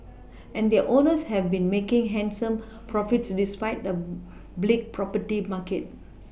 and their owners have been making handsome profits despite the bleak property market